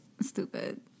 Stupid